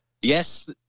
Yes